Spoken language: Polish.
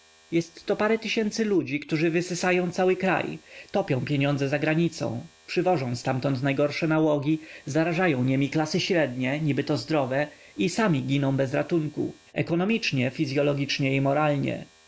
dodatki jestto parę tysięcy ludzi którzy wysysają cały kraj topią pieniądze zagranicą przywożą ztamtąd najgorsze nałogi zarażają niemi klasy średnie niby to zdrowe i sami giną bez ratunku ekonomicznie fizyologicznie i moralnie